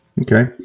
Okay